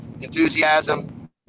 enthusiasm